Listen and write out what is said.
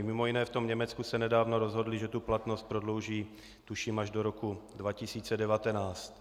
Mimo jiné v Německu se nedávno rozhodli, že platnost prodlouží tuším až do roku 2019.